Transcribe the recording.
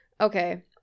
okay